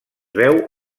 veu